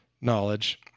knowledge